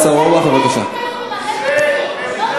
זה מדינת היהודים.